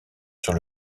sur